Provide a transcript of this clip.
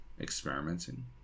experimenting